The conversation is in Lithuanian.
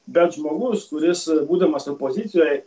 bet žmogus kuris būdamas opozicijoje